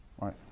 Right